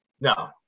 No